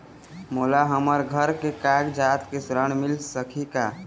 मोला हमर घर के कागजात से ऋण मिल सकही का?